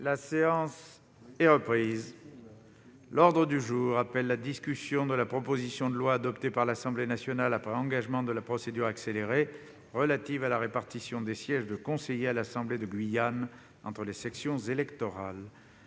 La séance est reprise. L'ordre du jour appelle la discussion de la proposition de loi, adoptée par l'Assemblée nationale après engagement de la procédure accélérée, relative à la répartition des sièges de conseiller à l'assemblée de Guyane entre les sections électorales